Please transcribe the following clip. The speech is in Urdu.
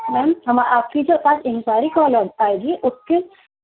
میم ہم آپ کی جو پاس انکوائری کال آئے گی اس کی